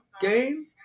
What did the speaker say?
game